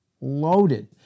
loaded